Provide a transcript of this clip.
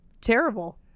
terrible